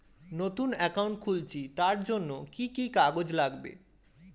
নতুন অ্যাকাউন্ট খুলছি তার জন্য কি কি কাগজ লাগবে?